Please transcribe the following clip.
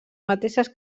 mateixes